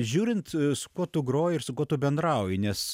žiūrint su kuo tu groji ir su kuo tu bendrauji nes